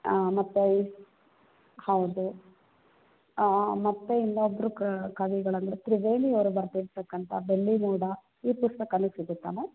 ಮತ್ತೆ ಹೌದು ಮತ್ತೆ ಇನ್ನೊಬ್ಬರು ಕವಿಗಳೆಂದ್ರೆ ತ್ರಿವೇಣಿಯವರು ಬರ್ದಿರ್ತಕ್ಕಂತಹ ಬೆಳ್ಳಿ ಮೋಡ ಈ ಪುಸ್ತಕ ಸಿಗುತ್ತಾ ಮ್ಯಾಮ್